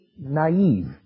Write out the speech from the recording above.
naive